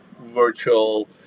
virtual